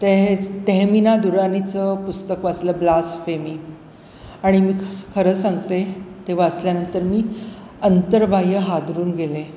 तेहेज तहमिना दुरानीचं पुस्तक वाचलं ब्लास फेमी आणि मी खस खरं सांगते ते वाचल्यानंतर मी अंतर्बाह्य हादरून गेले